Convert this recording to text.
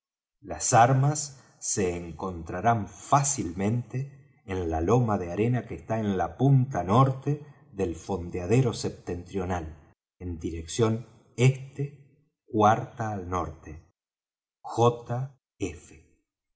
las armas se encontrarán fácilmente en la loma de arena que está en la punta norte del fondeadero septentrional en dirección este cuarta al norte j f